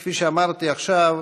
כפי שאמרתי עכשיו,